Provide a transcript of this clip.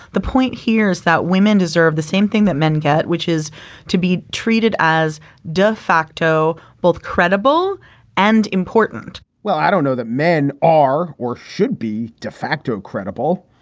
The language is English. the point here is that women deserve the same thing that men get, which is to be treated as de facto, both credible and important well, i don't know that men are or should be de facto credible.